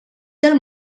del